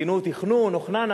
כינו אותי "חנון" או "חננה",